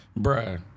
Bruh